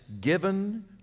given